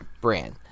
brand